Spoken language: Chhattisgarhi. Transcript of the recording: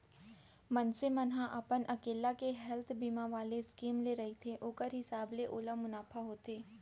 मनसे मन ह अपन अकेल्ला के हेल्थ बीमा वाले स्कीम ले रहिथे ओखर हिसाब ले ओला मुनाफा होथे